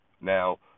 Now